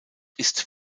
ist